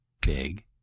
big